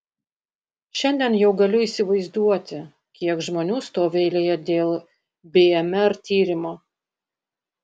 šiandien jau galiu įsivaizduoti kiek žmonių stovi eilėje dėl bmr tyrimo